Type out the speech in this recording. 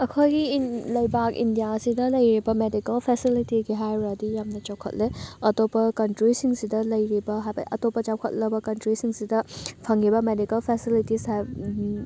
ꯑꯩꯈꯣꯏꯒꯤ ꯂꯩꯕꯥꯛ ꯏꯟꯗꯤꯌꯥ ꯑꯁꯤꯗ ꯂꯩꯔꯤꯕ ꯃꯦꯗꯤꯀꯦꯜ ꯐꯦꯁꯤꯂꯤꯇꯤꯒꯤ ꯍꯥꯏꯔꯨꯔꯗꯤ ꯌꯥꯝꯅ ꯆꯥꯎꯈꯠꯂꯦ ꯑꯇꯣꯞꯄ ꯀꯟꯇ꯭ꯔꯤꯁꯤꯡꯁꯤꯗ ꯂꯩꯔꯤꯕ ꯑꯇꯣꯞꯄ ꯆꯥꯎꯈꯠꯂꯕ ꯀꯟꯇ꯭ꯔꯤꯁꯤꯡꯁꯤꯗ ꯐꯪꯉꯤꯕ ꯃꯦꯗꯤꯀꯦꯜ ꯐꯦꯁꯤꯂꯤꯇꯤꯁ